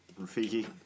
Rafiki